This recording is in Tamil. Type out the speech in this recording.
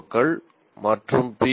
க்கள் மற்றும் பி